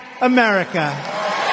America